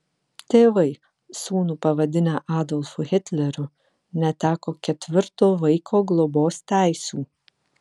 tėvai sūnų pavadinę adolfu hitleriu neteko ketvirto vaiko globos teisių